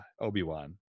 obi-wan